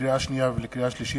לקריאה שנייה ולקריאה שלישית,